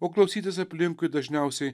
o klausytis aplinkui dažniausiai